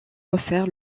refaire